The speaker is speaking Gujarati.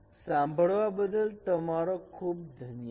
સાંભળવા બદલ તમારો ખુબ ધન્યવાદ